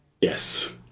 Yes